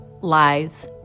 lives